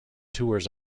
tours